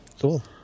Cool